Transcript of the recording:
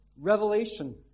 Revelation